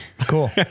Cool